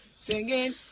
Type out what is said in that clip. singing